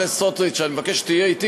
אני מבקש שתהיה אתי,